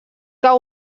que